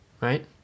right